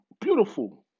beautiful